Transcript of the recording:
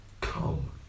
come